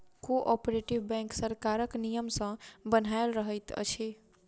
cooperative bank सरकारक नियम सॅ बन्हायल रहैत अछि